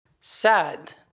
sad